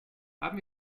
haben